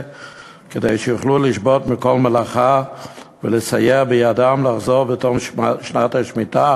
כדי שיוכלו לשבות מכל מלאכה ולסייע בידם לחזור בתום שנת השמיטה